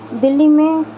دلی میں